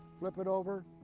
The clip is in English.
flip it over,